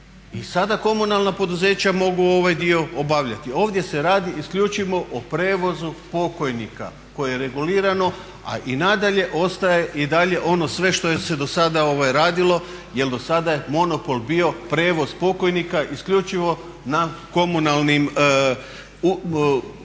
I sada komunalna poduzeća mogu ovaj dio obavljati. Ovdje se radi isključivo o prijevozu pokojnika koje je regulirano, a i nadalje ostaje i dalje ono sve što se do sada radilo, jer do sada je monopol bio prijevoz pokojnika isključivo na komunalnim poduzećima